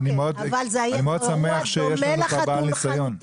אני מאוד שמח שיש לנו פה בעל ניסיון.